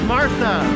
Martha